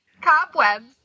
cobwebs